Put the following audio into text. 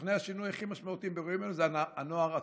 שסוכני השינוי אמרתי באירועים הללו זה הנוער עצמו,